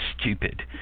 stupid